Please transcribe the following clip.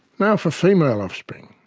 now for female offspring.